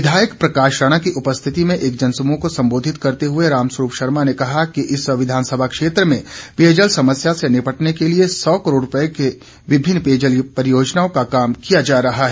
विधायक प्रकाश राणा की उपस्थिति में एक जनसमूह को संबोधित करते हुए राम स्वरूप शर्मा ने कहा कि इस विधानसभा क्षेत्र में पेयजल समस्या से निपटने के लिए सौ करोड़ रुपये की विभिन्न पेयजल परियोजनाओं पर काम किया जा रहा है